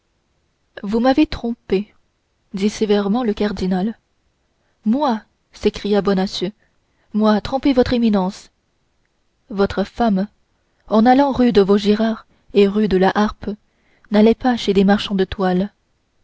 vous m'avez trompé dit sévèrement le cardinal moi s'écria bonacieux moi tromper votre éminence votre femme en allant rue de vaugirard et rue de la harpe n'allait pas chez des marchands de toile